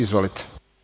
Izvolite.